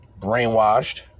brainwashed